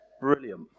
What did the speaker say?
Brilliant